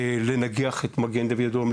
לנגח את מגן דוד אדום,